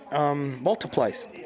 multiplies